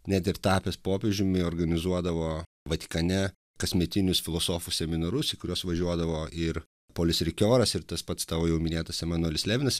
net ir tapęs popiežiumi organizuodavo vatikane kasmetinius filosofų seminarus į kuriuos važiuodavo ir polis rikeoras ir tas pats tavo jau minėtas emanuelis levinas